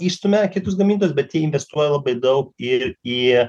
išstumia kitus gamintojus bet jie investuoja labai daug į į